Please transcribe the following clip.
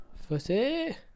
Footy